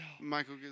Michael